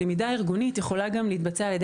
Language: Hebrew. הלמידה הארגונית יכולה גם להתבצע על ידי